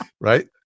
Right